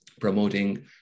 promoting